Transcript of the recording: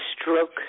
stroke